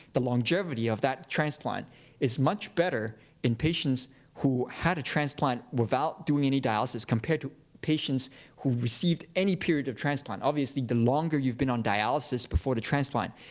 the longevity of that transplant is much better in patients who had a transplant without doing any dialysis, compared to patients who received any period of transplant. obviously the longer you've been on dialysis before the transplant,